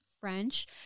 French